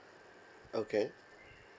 okay